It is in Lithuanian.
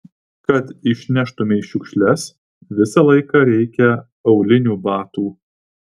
kad išneštumei šiukšles visą laiką reikia aulinių batų